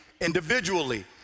individually